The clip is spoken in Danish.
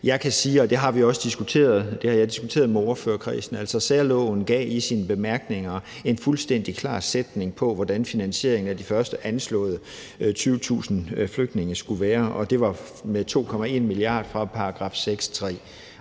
Jeg kan sige, og det har jeg også diskuteret med ordførerkredsen, at særloven i sine bemærkninger gav en fuldstændig klar sætning om, hvordan finansieringen af de første anslåede 20.000 flygtninge skulle være, og det var med 2,1 mia. kr. fra § 6.3.